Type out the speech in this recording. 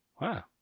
Wow